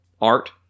art